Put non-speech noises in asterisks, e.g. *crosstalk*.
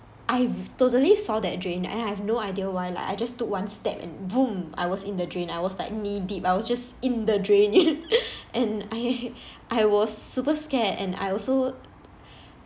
I've totally saw that drain and I have no idea why lah I just took one step and boom I was in the drain I was like knee-deep I was just in the drain *laughs* and I I was super scared and I also